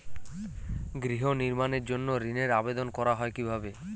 গৃহ নির্মাণের জন্য ঋণের আবেদন করা হয় কিভাবে?